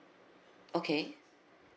okay